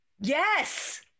Yes